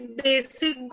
basic